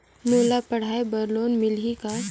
मोला पढ़ाई बर लोन मिलही का?